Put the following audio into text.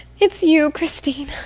it's you, christine.